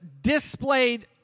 displayed